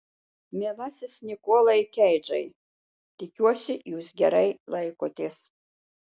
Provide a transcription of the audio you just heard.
mielasis nikolai keidžai tikiuosi jūs gerai laikotės